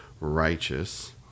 righteous